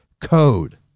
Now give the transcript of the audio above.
code